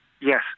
Yes